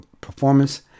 performance